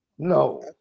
No